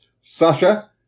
Sasha